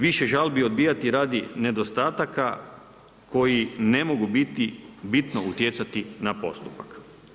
Više žalbi odbijati radi nedostataka koji ne mogu biti, bitno utjecati na postupak.